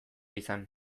izan